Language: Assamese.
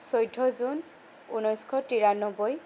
চৈধ্য জুন ঊনৈছশ তিৰানব্বৈ